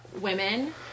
women